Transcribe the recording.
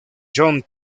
john